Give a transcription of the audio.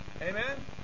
Amen